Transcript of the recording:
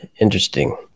interesting